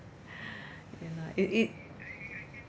ya lah it it